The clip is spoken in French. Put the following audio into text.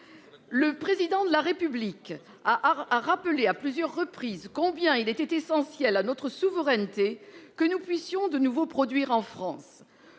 Le Président de la République a rappelé à plusieurs reprises combien il était essentiel à notre souveraineté que nous puissions de nouveau produire en France.